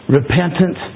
repentant